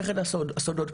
זה אחד הסודות פה.